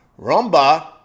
Rumba